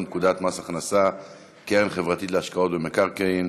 פקודת הכנסה (קרן חברתית להשקעות במקרקעין),